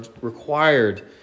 required